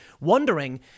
wondering